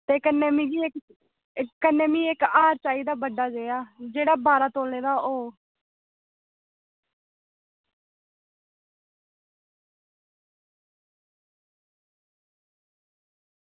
ते कन्नै मिगी इक्क ते कन्नै मिगी इक्क हार चाहिदा बड्डा जेहा जेह्ड़ा बारां तोले दा होग